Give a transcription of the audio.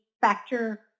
factor